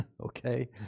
okay